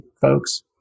folks